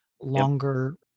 longer